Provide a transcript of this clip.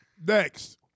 next